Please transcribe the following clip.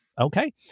Okay